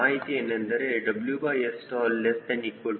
ಮಾಹಿತಿಯೆಂದರೆ WSstall10